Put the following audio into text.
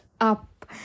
up